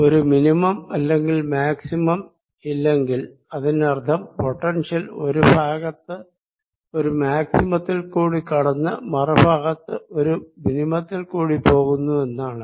ഒരു മിനിമം അല്ലെങ്കിൽ മാക്സിമം ഇല്ലെങ്കിൽ അതിനർത്ഥം പൊട്ടൻഷ്യൽ ഒരു ഭാഗത്ത് ഒരു മാക്സിമത്തിൽ കൂടി കടന്ന് മറു ഭാഗത്ത് ഒരു മിനിമത്തിൽ കൂടി പോകുന്നു എന്നാണ്